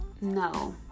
no